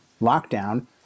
lockdown